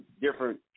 different